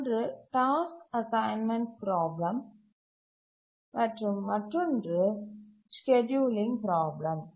ஒன்று task assignment problem மற்றும் மற்றொன்று ஸ்கேட்யூலிங் பிராப்ளம்